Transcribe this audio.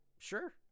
sure